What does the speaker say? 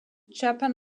japan